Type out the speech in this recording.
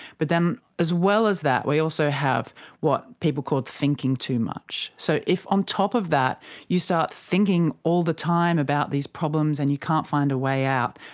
but then as well as that we also have what people called thinking too much. so if on top of that you start thinking all the time about these problems and you can't find a way out,